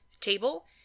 table